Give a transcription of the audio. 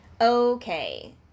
Okay